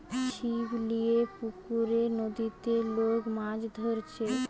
ছিপ লিয়ে পুকুরে, নদীতে লোক মাছ ধরছে